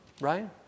right